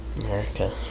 America